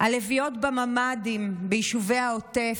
הלביאות בממ"דים ביישובי העוטף,